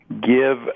give